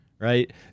Right